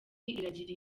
iragira